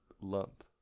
lump